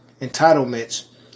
entitlements